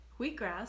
wheatgrass